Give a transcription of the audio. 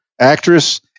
actress